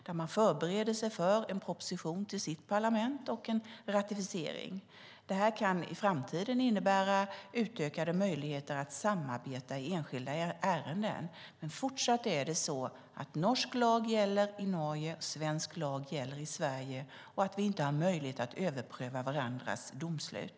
De förbereder en proposition till sitt parlament och en ratificering. I framtiden kan detta innebära utökade möjligheter att samarbeta i enskilda ärenden, men det är fortfarande så att norsk lag gäller i Norge och svensk lag gäller i Sverige. Vi har inte möjlighet att överpröva varandras domslut.